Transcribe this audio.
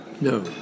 No